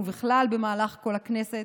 ובכלל במהלך כל הכנסת